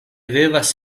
vivas